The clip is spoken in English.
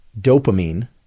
dopamine